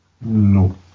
No